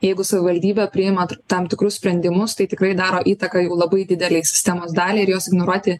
jeigu savivaldybė priima tam tikrus sprendimus tai tikrai daro įtaką jau labai didelei sistemos dalį ir juos ignoruoti